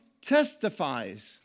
testifies